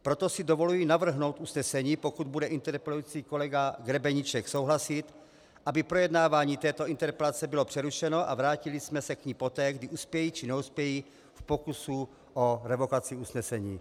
Proto si dovoluji navrhnout usnesení, pokud bude interpelující kolega Grebeníček souhlasit, aby projednávání této interpelace bylo přerušeno a vrátili jsme se k ní poté, kdy uspějí či neuspějí pokusy o revokaci usnesení.